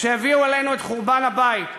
שהביאו עלינו את חורבן הבית,